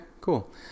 Cool